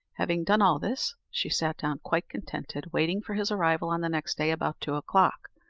having done all this, she sat down quite contented, waiting for his arrival on the next day about two o'clock,